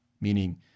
Meaning